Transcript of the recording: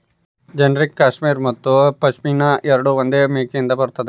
generic cashmere ಮತ್ತು ಪಶ್ಮಿನಾ ಎರಡೂ ಒಂದೇ ಮೇಕೆಯಿಂದ ಬರುತ್ತದೆ